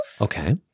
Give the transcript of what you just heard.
Okay